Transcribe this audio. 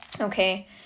okay